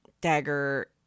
dagger